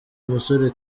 umusore